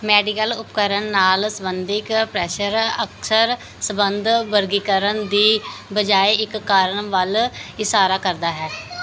medical ਉਪਕਰਣ ਨਾਲ ਸਬੰਧਿਕ ਪ੍ਰੈਸ਼ਰ ਅਕਸਰ ਸ਼ਬੰਦ ਵਰਗੀਕਰਣ ਦੀ ਬਜਾਏ ਇੱਕ ਕਾਰਨ ਵੱਲ ਇਸ਼ਾਰਾ ਕਰਦਾ ਹੈ